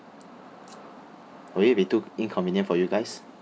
would it be too inconvenient for you guys